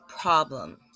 problem